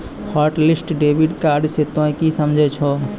hotlist debit card से तोंय की समझे छौं